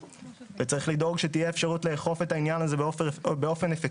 וצריך לדאוג שתהיה אפשרות לאכוף את העניין הזה באופן אפקטיבי.